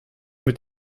mit